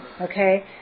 okay